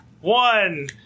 one